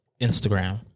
Instagram